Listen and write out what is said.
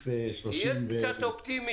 איך אופטימי?